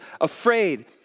afraid